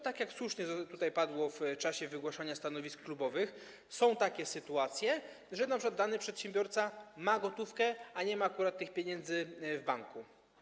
Tak jak tutaj słusznie padło w czasie wygłaszania stanowisk klubowych, są takie sytuacje, że np. dany przedsiębiorca ma gotówkę, a nie ma akurat tych pieniędzy w banku.